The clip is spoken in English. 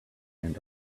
and